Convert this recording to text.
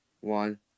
one